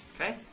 Okay